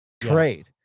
trade